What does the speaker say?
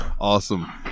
Awesome